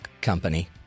company